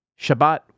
shabbat